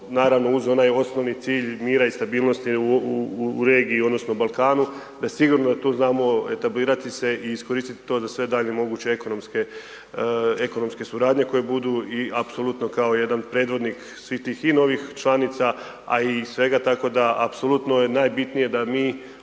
naravno uz onaj osnovni cilj mira i stabilnosti u regiji, odnosno Balkanu, da sigurno tu znamo etablirati se i iskoristiti to za sve daljnje moguće ekonomske suradnje koje budu i apsolutno kao jedan predvodnik svih tih i novih članica, a i svega, tako da apsolutno je najbitnije da mi